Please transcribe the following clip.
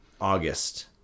August